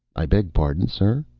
i beg pardon, sir?